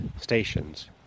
Stations